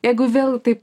jeigu vėl taip